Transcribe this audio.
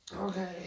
Okay